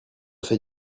fait